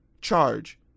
charge